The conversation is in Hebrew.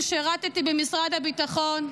ששירתי במשרד הביטחון,